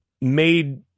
made